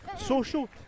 social